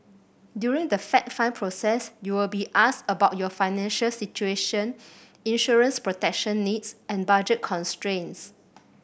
during the fact find process you will be asked about your financial situation insurance protection needs and budget constraints